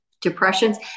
depressions